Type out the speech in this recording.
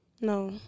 No